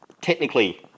technically